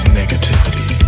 negativity